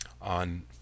on